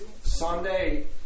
Sunday